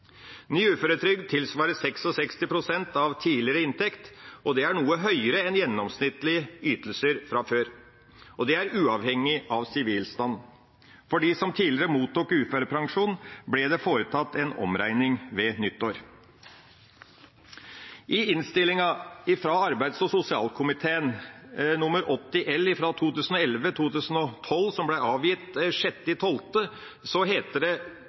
Ny uføretrygd tilsvarer 66 pst. av tidligere inntekt, og det er noe høyere enn gjennomsnittlige ytelser fra før. Det er uavhengig av sivilstand. For dem som tidligere mottok uførepensjon, ble det foretatt en omregning ved nyttår. I Innst. 80 L for 2011–2012, fra arbeids- og sosialkomiteen, som ble avgitt 6. desember 2011,